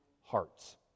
hearts